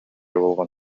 болгон